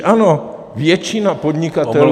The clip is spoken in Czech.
Ano, většina podnikatelů